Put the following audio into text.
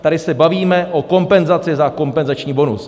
Tady se bavíme o kompenzaci za kompenzační bonus.